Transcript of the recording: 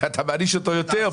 ובכל זאת אתה מעניש אותו יותר.